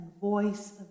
voice